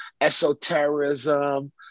esotericism